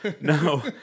No